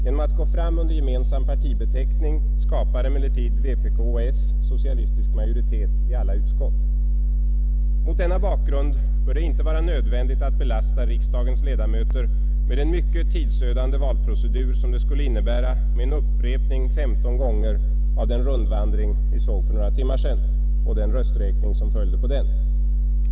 Genom att gå fram under gemensam partibeteckning skapar emellertid vpk och s socialistisk majoritet i alla utskott. Mot denna bakgrund bör det inte vara nödvändigt att belasta riksdagens ledamöter med den mycket tidsödande valprocedur som det skulle innebära med en upprepning femton gånger av den rundvandring vi såg för några timmar sedan och den rösträkning som följde.